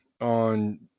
on